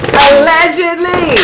Allegedly